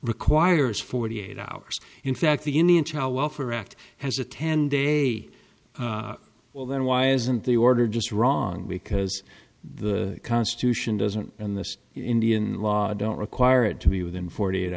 requires forty eight hours in fact the indian child welfare act has a ten day well then why isn't the order just wrong because the constitution doesn't and this indian law don't require it to be within forty eight